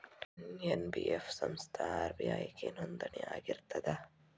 NBF ಸಂಸ್ಥಾ RBI ಗೆ ನೋಂದಣಿ ಆಗಿರ್ತದಾ?